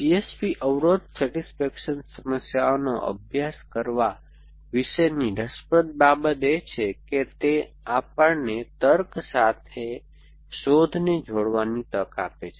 CSP અવરોધ satisfaction સમસ્યાઓનો અભ્યાસ કરવા વિશેની રસપ્રદ બાબત એ છે કે તે આપણને તર્ક સાથે શોધને જોડવાની તક આપે છે